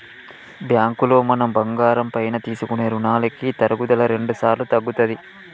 బ్యాంకులో మనం బంగారం పైన తీసుకునే రుణాలకి తరుగుదల రెండుసార్లు తగ్గుతది